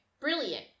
Brilliant